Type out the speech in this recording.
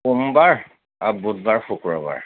সোমবাৰ আৰু বুধবাৰ শুক্ৰবাৰ